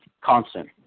constant